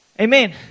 Amen